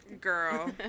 Girl